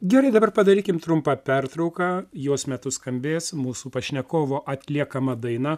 gerai dabar padarykim trumpą pertrauką jos metu skambės mūsų pašnekovo atliekama daina